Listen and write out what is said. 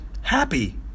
happy